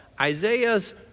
Isaiah's